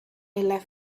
left